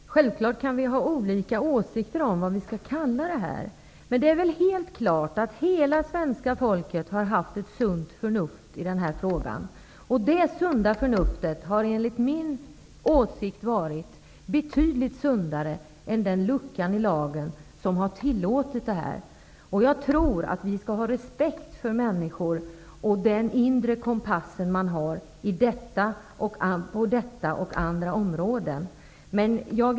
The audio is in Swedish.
Herr talman! Självfallet kan vi ha olika åsikter om vad detta skall kallas, men det är väl helt klart att hela svenska folket har visat sunt förnuft i den här frågan. Det sunda förnuftet har enligt min åsikt varit betydligt sundare än den lucka i lagen som har tillåtit detta. Jag tycker att vi skall ha respekt för människor och den inre kompass de har på detta och andra områden.